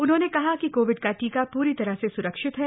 उन्होंन कहा कि कोविड का टीका पूरी तरह स्रक्षित है